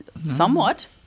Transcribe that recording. Somewhat